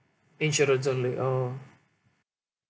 insurance only oh